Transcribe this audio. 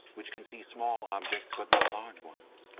which can see small objects but not large ones.